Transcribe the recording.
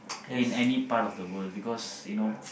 in any part of the world because you know